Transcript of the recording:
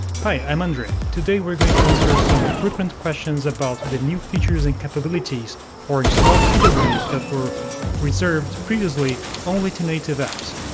hi, i'm andre. today we're going to answer some frequent questions about the new features and capabilities for installed pwas that were reserved previously only to native apps.